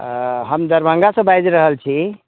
हम दरभङ्गासँ बाजि रहल छी